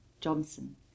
Johnson